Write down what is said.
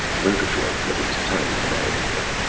murgatroyd put his tiny mug in it.